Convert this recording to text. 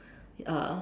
ya